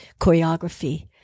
choreography